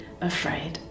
afraid